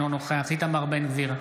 אינו נוכח איתמר בן גביר,